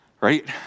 Right